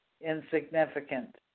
insignificant